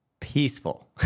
peaceful